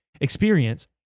experience